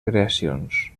creacions